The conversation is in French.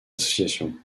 association